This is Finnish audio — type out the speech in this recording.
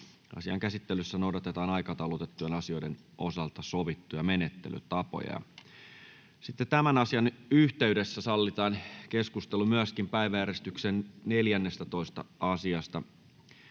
Asian käsittelyssä noudatetaan aikataulutettujen asioiden osalta sovittuja menettelytapoja. Tämän asian yhteydessä sallitaan keskustelu myöskin päiväjärjestyksen 14. asiasta,